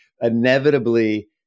inevitably